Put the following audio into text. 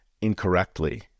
incorrectly